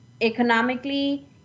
economically